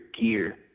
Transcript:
gear